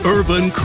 Urban